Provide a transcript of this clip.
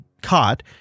caught